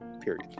Period